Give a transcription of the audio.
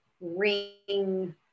ring